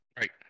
Right